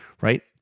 right